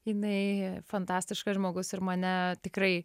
jinai fantastiškas žmogus ir mane tikrai